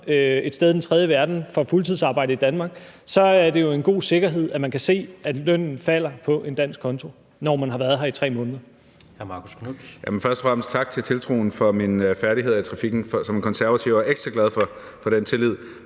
et sted i den tredje verden for fuldtidsarbejde i Danmark, er det jo en god sikkerhed, at man kan se, at lønnen kommer ind på en dansk konto, når man har været her i 3 måneder.